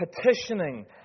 petitioning